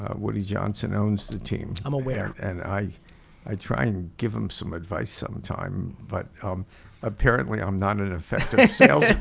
ah woody johnson owns the team. i'm aware. and i i try and give him some advice sometime, but apparently i'm not an effective sales